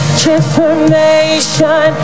transformation